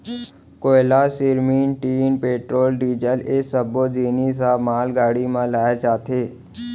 कोयला, सिरमिट, tin, petrol, diesel ए सब्बो जिनिस ह मालगाड़ी म लाए जाथे